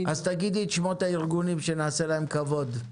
תגידי את שמות הארגונים, שנעשה להם כבוד.